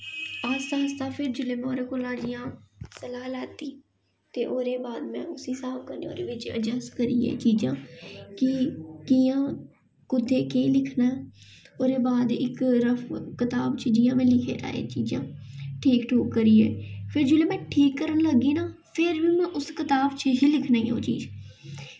आस्ता आस्ता फिर जेल्लै में ओह्दे कोला जियां सलाह् लैती ते ओह्दे बाद में उसी स्हाब कन्नै ओह्दे बिच्च अडजस्ट करियै चीज़ां कि कि'यां कु'त्थें केह् लिखना ऐ ओह्दे बाद इक रफ कताब च जियां में लिखे दा ऐ एह् चीज़ां ठीक ठूक करियै फिर में जेल्लै में ठीक करन लग्गी आं ना फिर बी में उस कताब च एह् लिखनी ओह् चीज़